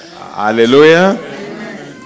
Hallelujah